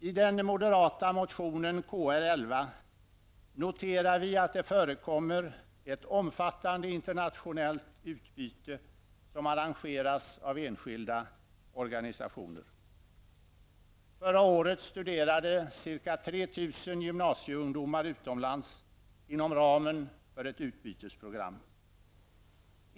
I den moderata motionen Kr11 noterar vi att det förekommer ett omfattande internationellt utbyte som arrangeras av enskilda organisationer. Förra året studerade ca 3 000 gymnasieungdomar utomlands inom ramen för ett utbytesprogram.